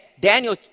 Daniel